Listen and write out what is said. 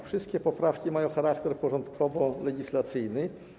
Wszystkie poprawki mają charakter porządkowo-legislacyjny.